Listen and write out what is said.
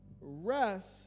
rest